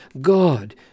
God